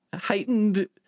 heightened